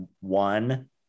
one